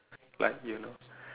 like you know